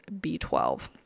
B12